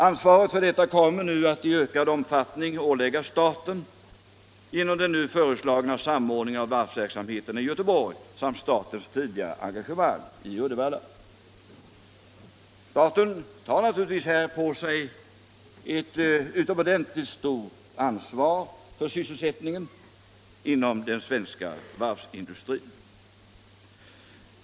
Ansvaret för detta kommer nu att i ökad omfattning åläggas staten genom den föreslagna samordningen av varvsverksamheten i Göteborg samt statens tidigare engagemang i Uddevalla. Staten tar naturligtvis här på sig ett utomordentligt stort ansvar för sysselsättningen inom den svenska varvsindustrin.